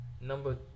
Number